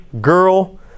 girl